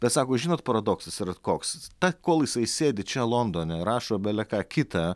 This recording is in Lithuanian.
bet sako žinot paradoksas yra koks ta kol jisai sėdi čia londone rašo bele ką kita